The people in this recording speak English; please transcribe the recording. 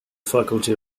faculty